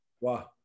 Wow